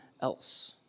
else